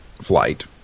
flight